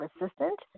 assistant